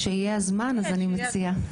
כשיהיה הזמן, אז אני מציעה.